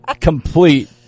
complete